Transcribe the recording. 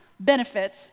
benefits